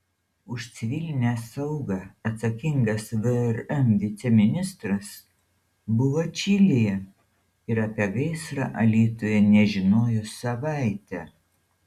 už civilinę saugą atsakingas vrm viceministras buvo čilėje ir apie gaisrą alytuje nežinojo savaitę